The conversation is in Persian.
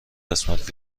قسمت